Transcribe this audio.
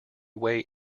weigh